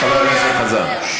תודה, חבר הכנסת חזן.